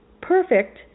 perfect